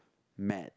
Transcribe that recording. mad